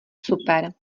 super